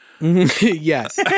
yes